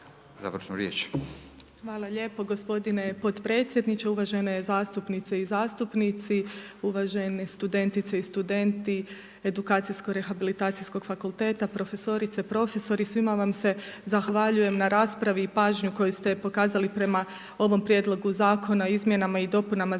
Hvala lijepo gospodine potpredsjedniče, uvažene zastupnice i zastupnici, uvaženi studentice i studenti Edukacijsko rehabilitacijskog fakulteta, profesorice, profesori svima vam se zahvaljujem na raspravi i pažnji koju ste pokazali prema ovom prijedlogu zakona o izmjenama i dopunama Zakona o